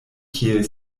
kiel